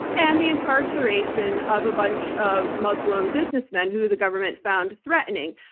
and the incarceration of a bunch of muslim businessmen who the government found threatening.